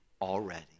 already